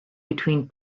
between